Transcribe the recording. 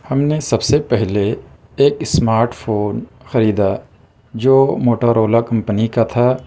ہم نے سب سے پہلے ایک اسمارٹ فون خریدا جو موٹورولا کمپنی کا تھا